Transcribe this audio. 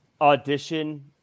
audition